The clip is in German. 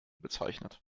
bezeichnet